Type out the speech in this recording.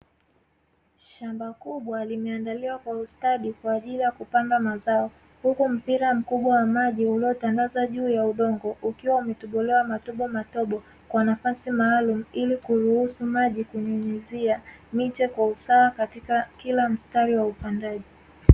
Shamba kubwa limeandaliwa kwa ustadi kwa ajili ya kupanda mazao, huku mpira mkubwa wa maji uliotandazwa juu ya udongo ukiwa umetobolewa matobomatobo kwa nafasi maalumu ili kuruhusu maji kunyunyuzia miche kwa usawa katika kila mstari wa upandaji.